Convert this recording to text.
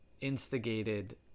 instigated